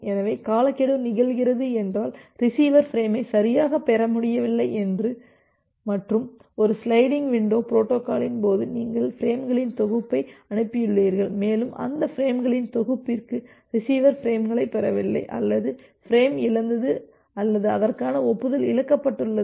எனவே காலக்கெடு நிகழ்கிறது என்றால் ரிசீவர் ஃபிரேமை சரியாகப் பெற முடியவில்லை மற்றும் ஒரு சிலைடிங் விண்டோ பொரோட்டோகாலின் போது நீங்கள் பிரேம்களின் தொகுப்பை அனுப்பியுள்ளீர்கள் மேலும் அந்த பிரேம்களின் தொகுப்பிற்கு ரிசீவர் பிரேம்களைப் பெறவில்லை அல்லது பிரேம் இழந்தது அல்லது அதற்கான ஒப்புதல் இழக்கப்பட்டுள்ளது